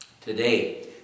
Today